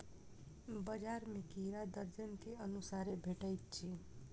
बजार में केरा दर्जन के अनुसारे भेटइत अछि